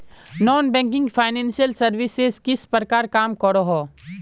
Non banking financial services किस प्रकार काम करोहो?